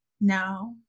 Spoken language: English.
No